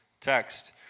text